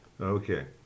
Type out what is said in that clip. Okay